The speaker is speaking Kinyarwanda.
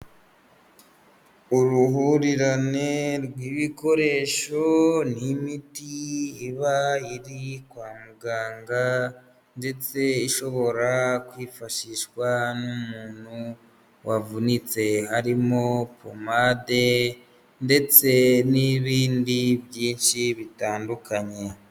Uruhurirane rw'ibikoresho n'imiti iba iri kwa muganga ndetse ishobora kwifashishwa n'umuntu wavunitse harimo pomade ndetse n'ibindi byinshi bitandukanye.